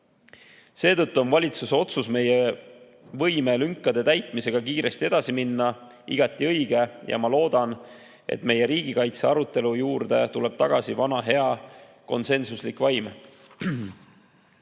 Seetõttu on valitsuse otsus meie võimelünkade täitmisega kiiresti edasi minna igati õige ja ma loodan, et meie riigikaitse arutellu tuleb tagasi vana hea konsensuslik vaim. Nii